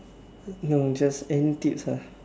no just any tips ah